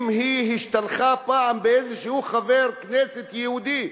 אם היא השתלחה פעם באיזה חבר כנסת יהודי.